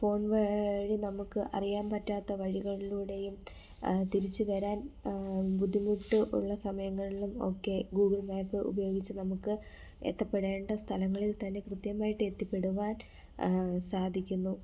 phone വഴി നമുക്ക് അറിയാൻ പറ്റാത്തവഴികളുടെയും തിരിച്ച് വരാൻ ബുദ്ധിമുട്ട് ഉള്ള സമയങ്ങൾളും ഒക്കേ ഗൂഗിൾ മേപ്പ് ഉപയോഗിച്ച് നമുക്ക് എത്തപ്പെടേണ്ട സ്ഥലങ്ങളിൽ തന്നെ കൃത്യമായിട്ട് എത്തിപ്പെടുവാൻ സാധിക്കുന്നു